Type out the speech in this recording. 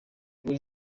will